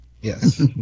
yes